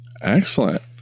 Excellent